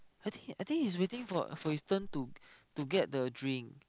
I think I think he's waiting for for his turn to to get the drink